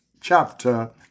chapter